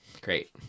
great